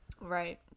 right